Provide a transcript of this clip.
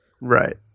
Right